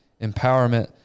empowerment